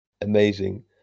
Amazing